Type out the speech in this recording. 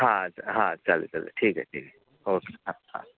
हां हां चालेल चालेल ठीक आहे ठीक आहे ओके हां हां